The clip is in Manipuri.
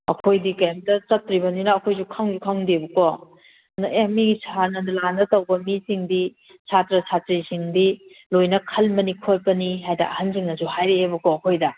ꯑꯩꯈꯣꯏꯗꯤ ꯀꯩꯝꯇ ꯆꯠꯇ꯭ꯔꯤꯕꯅꯤꯅ ꯑꯩꯈꯣꯏꯁꯨ ꯈꯪꯁꯨ ꯈꯪꯗꯦꯕꯀꯣ ꯑꯗꯨꯅ ꯑꯦ ꯃꯤꯒꯤ ꯁꯥꯔ ꯅꯟꯗꯂꯥꯟꯗ ꯇꯧꯕ ꯃꯤꯁꯤꯡꯗꯤ ꯁꯥꯠꯇ꯭ꯔ ꯁꯥꯠꯇ꯭ꯔꯤꯁꯤꯡꯗꯤ ꯂꯣꯏꯅ ꯈꯟꯕꯅꯤ ꯈꯣꯠꯄꯅꯤ ꯍꯥꯏꯗ ꯑꯍꯟꯁꯤꯡꯅꯁꯨ ꯍꯥꯏꯔꯛꯑꯦꯕꯦ ꯑꯩꯈꯣꯏꯗ